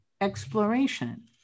exploration